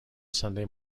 sunday